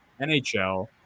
NHL